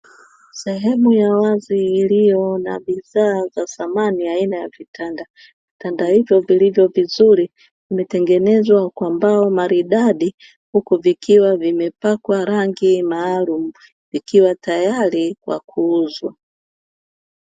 Sehemu ya wazi iliyo na bidhaa za samani aina ya vitanda. Vitanda hivyo vilivyo vizuri vimetengenezwa kwa mbao maridadi huku vikiwa vimepakwa rangi maalumu vikiwa tayari kwa kuuzwa.